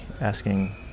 asking